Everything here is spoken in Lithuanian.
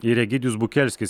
ir egidijus bukelskis